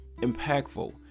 impactful